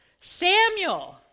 Samuel